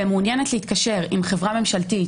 ומעוניינת להתקשר עם חברה ממשלתית